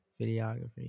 videography